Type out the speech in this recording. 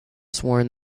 sworn